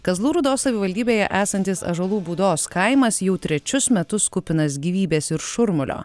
kazlų rūdos savivaldybėje esantis ąžuolų būdos kaimas jau trečius metus kupinas gyvybės ir šurmulio